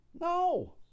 No